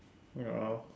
you know